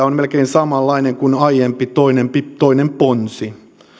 on melkein samanlainen kuin aiempi toinen ponsi